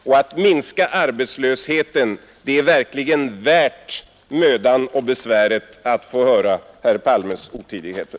Och att minska arbetslösheten är verkligen värt mödan och besväret att höra herr Palmes otidigheter.